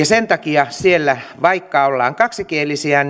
sen takia siellä vaikka ollaan kaksikielisiä